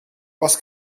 was